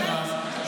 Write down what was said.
מירב,